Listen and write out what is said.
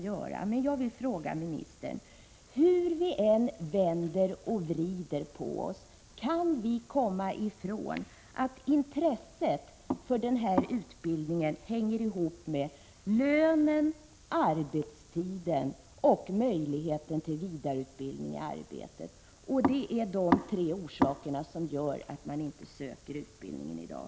Hur vi än vänder och vrider på oss kan vi inte komma ifrån att intresset för denna ubildning hänger ihop med lönen, arbetstiden och möjligheten till vidareutbildning i arbetet. Det är dessa tre saker som gör att ungdomar inte söker utbildningen i dag.